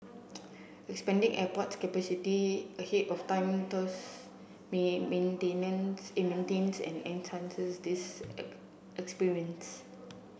expanding airport capacity ahead of time thus maintains and enhances this experience